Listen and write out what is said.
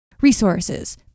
resources